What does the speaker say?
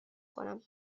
کنم